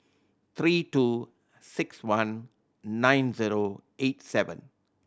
three two six one nine zero eight seven